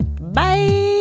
Bye